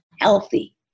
healthy